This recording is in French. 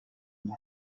nom